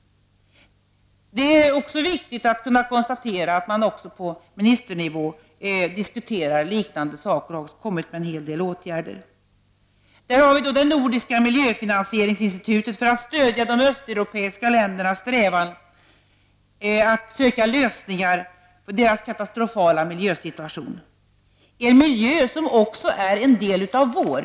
Det är också viktigt att kunna konstatera att man på ministernivå diskuterar liknande saker och har kommit med en hel del åtgärder, t.ex. det nordiska miljöfinansieringinstitutet, som skall stödja de östeuropeiska ländernas strävan att söka lösningar på den katastrofala miljösituationen — en miljö som också är en del av vår.